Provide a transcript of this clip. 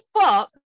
fuck